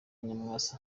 nyarwaya